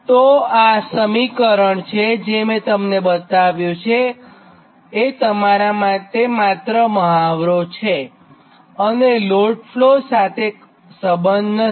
તો આ સમીકરણજે મે તમને બતાવ્યું એ તમારા માટે માત્ર મહાવરો છે અને લોડ ફ્લો સાથે સંબંધ નથી